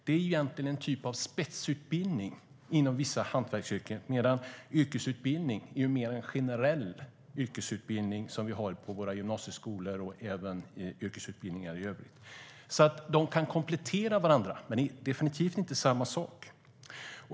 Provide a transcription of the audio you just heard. Det är egentligen en typ av spetsutbildning inom vissa hantverksyrken, medan yrkesutbildning är något mer generellt, vilket gäller både den yrkesutbildning som vi har på våra gymnasieskolor och yrkesutbildningar i övrigt. De kan komplettera varandra, men det är definitivt inte samma sak.